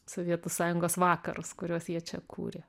sovietų sąjungos vakarus kuriuos jie čia kūrė